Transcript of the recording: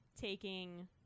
taking